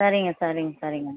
சரிங்க சரிங்க சரிங்க